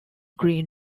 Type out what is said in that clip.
green